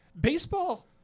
Baseball